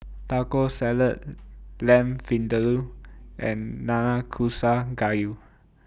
Taco Salad Lamb Vindaloo and Nanakusa Gayu